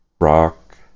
rock